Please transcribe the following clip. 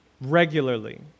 regularly